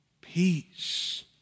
peace